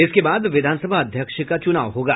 इसके बाद विधानसभा अध्यक्ष का चुनाव होगा